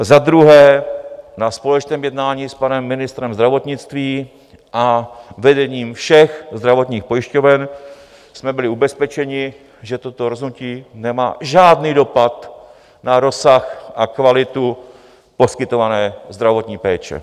Za druhé, na společném jednání s panem ministrem zdravotnictví a vedením všech zdravotních pojišťoven jsme byli ubezpečeni, že toto rozhodnutí nemá žádný dopad na rozsah a kvalitu poskytované zdravotní péče.